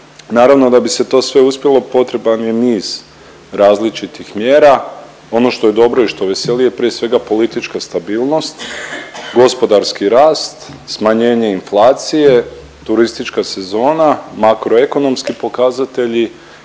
Naravno da bi se to sve uspjelo potreban je niz različitih mjera. Ono što je dobro i što veseli je prije svega politička stabilnost, gospodarski rast, smanjenje inflacije, turistička sezona, makroekonomski pokazatelji